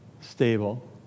stable